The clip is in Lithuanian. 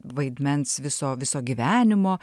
vaidmens viso viso gyvenimo